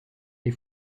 est